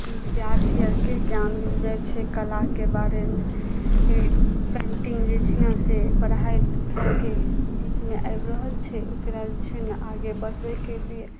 विद्यार्थी आरके ज्ञान देल जाइ छै कलाके बारेमे पेन्टिंग जे छै ने से पढ़ाइ लिखाइके बीचमे आबि रहल छै ओकरा जे छै ने आगे बढ़बैके लिए